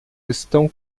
estão